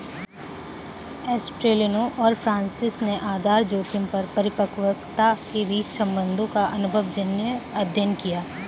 एस्टेलिनो और फ्रांसिस ने आधार जोखिम और परिपक्वता के बीच संबंधों का अनुभवजन्य अध्ययन किया